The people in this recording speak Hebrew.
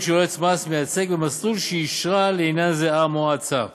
של יועץ מס מייצג במסלול שאישרה לעניין זה המועצה.